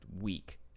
week